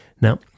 Now